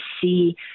see